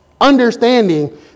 Understanding